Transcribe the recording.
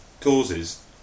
causes